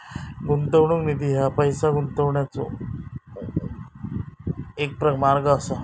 गुंतवणूक निधी ह्या पैसो गुंतवण्याचो एक मार्ग असा